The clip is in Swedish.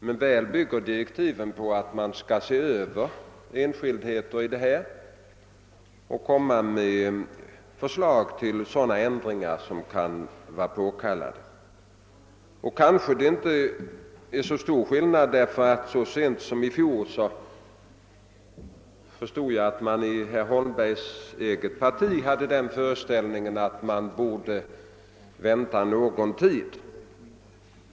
Men väl bygger direktiven på att enskildheter i systemet skall ses över och att förslag skall framläggas till ändringar som kan vara påkallade. Skillnaden är måhända inte stor, ty så sent som i fjol förstod jag att man i herr Holmbergs eget parti hade den uppfattningen att det vore lämpligt att vänta någon tid.